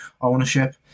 ownership